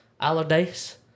Allardyce